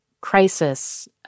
crisis